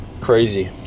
Crazy